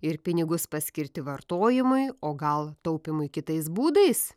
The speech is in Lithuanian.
ir pinigus paskirti vartojimui o gal taupymui kitais būdais